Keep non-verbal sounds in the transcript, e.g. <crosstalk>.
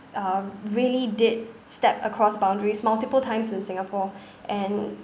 um really did step across boundaries multiple times in singapore <breath> and